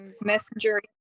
messenger